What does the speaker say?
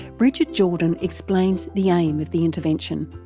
brigid jordan explains the aim of the intervention.